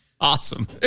Awesome